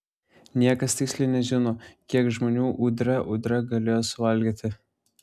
niekas tiksliai nežino kiek žmonių udre udre galėjo suvalgyti